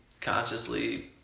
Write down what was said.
consciously